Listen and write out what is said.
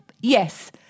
Yes